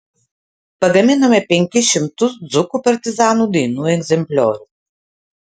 pagaminome penkis šimtus dzūkų partizanų dainų egzempliorių